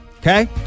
Okay